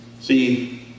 See